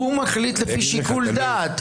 הוא מחליט לפי שיקול דעת.